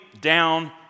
down